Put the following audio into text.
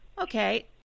Okay